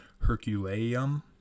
Herculaneum